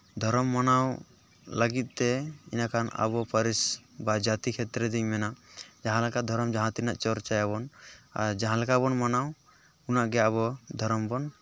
ᱫᱷᱚᱨᱚᱢ ᱢᱟᱱᱟᱣ ᱞᱟᱹᱜᱤᱫ ᱛᱮ ᱤᱱᱟᱹ ᱠᱷᱟᱱ ᱟᱵᱚ ᱯᱟᱹᱨᱤᱥ ᱵᱟ ᱡᱟᱛᱤ ᱠᱷᱮᱛᱨᱮ ᱨᱮᱫᱩᱧ ᱢᱮᱱᱟ ᱡᱟᱦᱟᱸᱞᱮᱠᱟ ᱫᱷᱚᱨᱚᱢ ᱡᱟᱦᱟᱸᱛᱤᱱᱟᱹᱜ ᱪᱚᱨᱪᱟᱭᱟᱵᱚᱱ ᱟᱨ ᱡᱟᱦᱟᱸᱞᱮᱠᱟ ᱵᱚᱱ ᱢᱟᱱᱟᱣ ᱩᱱᱟᱹᱜ ᱜᱮ ᱟᱵᱚ ᱫᱷᱚᱨᱚᱢ ᱵᱚᱱ